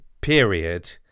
period